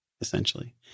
essentially